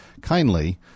kindly